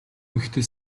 эмэгтэй